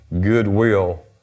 goodwill